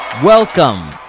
Welcome